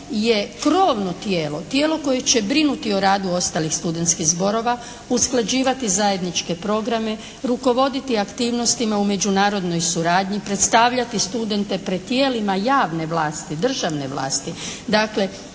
je krovno tijelo, tijelo koje će brinuti o radu ostalih studentskih zborova, usklađivati zajedničke programe, rukovoditi aktivnostima u međunarodnoj suradnji, predstavljati studente pred tijelima javne vlasti, državne vlasti.